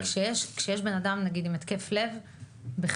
כשיש בנאדם נגיד עם התקף לב בחיפה,